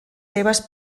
seves